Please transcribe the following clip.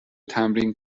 تمرین